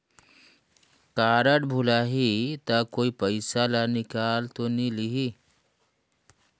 Card भुलाही ता कोई पईसा ला निकाल तो नि लेही?